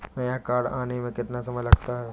नया कार्ड आने में कितना समय लगता है?